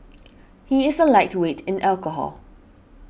he is a lightweight in alcohol